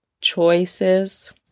choices